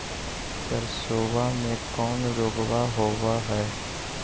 सरसोबा मे कौन रोग्बा होबय है?